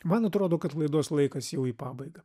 man atrodo kad laidos laikas jau į pabaigą